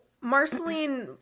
Marceline